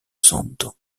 santo